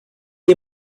est